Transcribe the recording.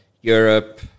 Europe